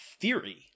theory